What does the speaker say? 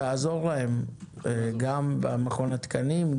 תעזור להם גם במכון התקנים,